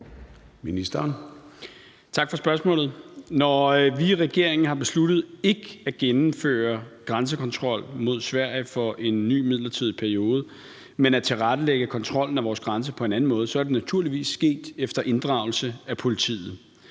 Tak for spørgsmålet. Når vi i regeringen har besluttet ikke at gennemføre grænsekontrol mod Sverige for en ny midlertidig periode, men at tilrettelægge kontrollen af vores grænser på en anden måde, er det naturligvis sket efter inddragelse af politiet.